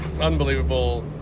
Unbelievable